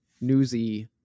newsy